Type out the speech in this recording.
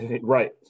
Right